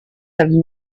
have